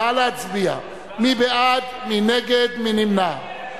נא להצביע, מי בעד, מי נגד, מי נמנע?